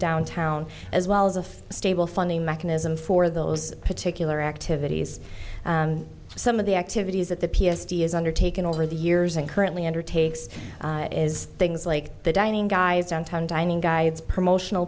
downtown as well as a stable funding mechanism for those particular activities some of the activities that the p s t has undertaken over the years and currently undertakes is things like the dining guys downtown dining guides promotional